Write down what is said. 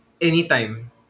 anytime